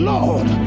Lord